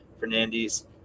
fernandes